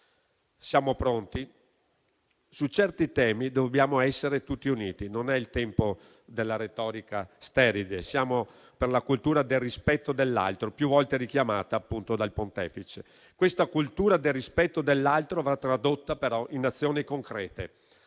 Siamo pronti: su certi temi dobbiamo essere tutti uniti, non è il tempo della retorica sterile; siamo per la cultura del rispetto dell'altro più volte richiamata dal Pontefice. Questa cultura del rispetto dell'altro va tradotta però in azioni concrete.